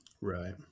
Right